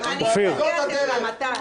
אז תביא לי דברים ענייניים, אני אתווכח איתך, מתן.